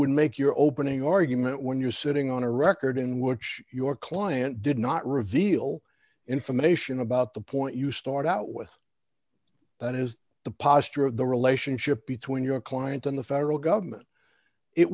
would make your opening argument when you're sitting on a record in which your client did not reveal information about the point you start out with that is the posture of the relationship between your client and the federal government it